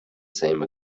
same